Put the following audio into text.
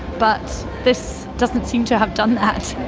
but this doesn't seem to have done that.